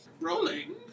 Rolling